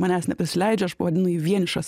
manęs neprisileidžia aš pavadinu jį vienišas